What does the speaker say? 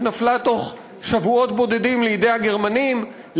שנפלה תוך שבועות בודדים לידי הגרמנים,